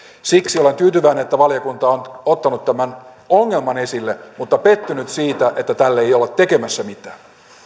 siksi olen tyytyväinen että valiokunta on ottanut tämän ongelman esille mutta pettynyt siitä että tälle ei olla tekemässä mitään